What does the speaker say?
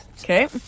Okay